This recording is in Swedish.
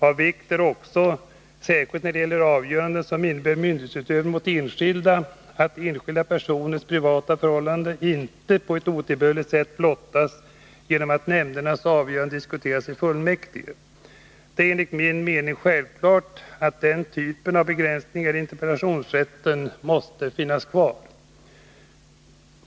Av vikt är också — särskilt när det gäller avgöranden som innebär myndighetsutövning mot enskilda — att enskilda personers privata förhållanden inte på ett otillbörligt sätt blottas genom att nämndernas avgöranden diskuteras i fullmäktige. Det är enligt min mening självklart att den typen av begränsningar i interpellationsrätten måste finnas kvar.